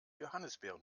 johannisbeeren